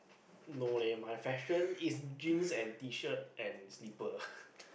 no leh my fashion is jeans and T-shirt and slipper